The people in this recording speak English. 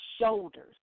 shoulders